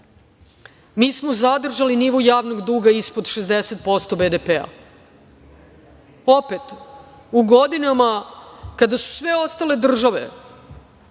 mi smo zadržali nivo javnog duga ispod 60% BDP-a. Opet, u godinama kada su sve ostale države